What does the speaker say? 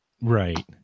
Right